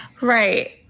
right